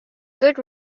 good